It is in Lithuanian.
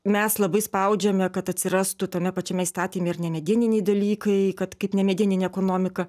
mes labai spaudžiame kad atsirastų tame pačiame įstatyme ir nemedieniniai dalykai kad kaip nemedieninė ekonomika